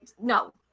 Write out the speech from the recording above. no